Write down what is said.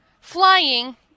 flying